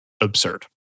absurd